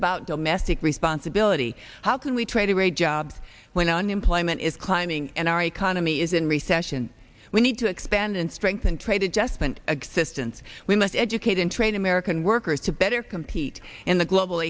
about domestic responsibility how can we trade a great job when unemployment is climbing and our economy is in recession we need to expand and strengthen trade adjustment assistance we must educate and train american workers to better compete in the global